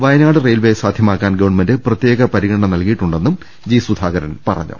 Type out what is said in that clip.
Wayanad railway സാധ്യമാക്കാൻ government പ്രത്യേക പരിഗണന നൽകിയിട്ടുണ്ടെന്നും ജി സുധാകരൻ പറ ഞ്ഞു